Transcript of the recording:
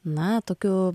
na tokiu